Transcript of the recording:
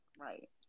right